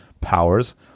powers